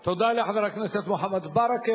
תודה לחבר הכנסת מוחמד ברכה.